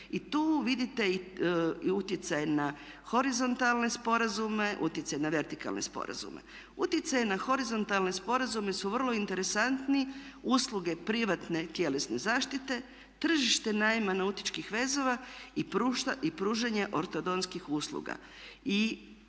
I tu vidite utjecaj na horizontalne sporazume, utjecaj na vertikalne sporazume. Utjecaji na horizontalne sporazume su vrlo interesantni, usluge privatne i tjelesne zaštite, tržište najma nautičkih vezova i pružanje ortodontskih usluga.